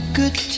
good